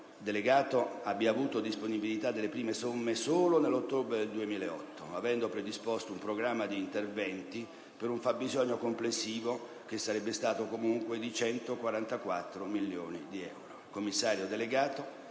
delegato abbia avuto disponibilità delle prime somme solo nell'ottobre del 2008, avendo predisposto un programma di interventi per un fabbisogno complessivo che sarebbe stato comunque di 144 milioni di euro. Il commissario delegato